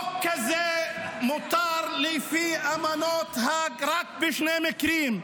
חוק כזה מותר לפני אמנות האג רק בשני מקרים: